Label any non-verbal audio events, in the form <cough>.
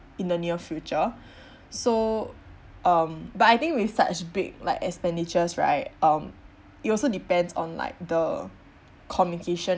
in the near future <breath> so um but I think with such big like expenditures right um it also depends on like the communication